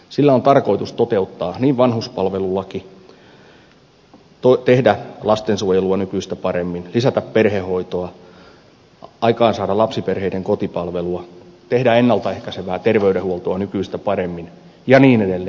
sillä on tarkoitus toteuttaa vanhuspalvelulaki tehdä lastensuojelua nykyistä paremmin lisätä perhehoitoa aikaansaada lapsiperheiden kotipalvelua tehdä ennalta ehkäisevää terveydenhuoltoa nykyistä paremmin ja niin edelleen